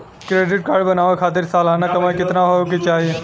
Credit card बनवावे खातिर सालाना कमाई कितना होए के चाही?